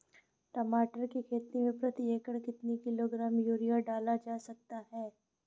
टमाटर की खेती में प्रति एकड़ कितनी किलो ग्राम यूरिया डाला जा सकता है?